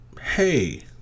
Hey